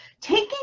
Taking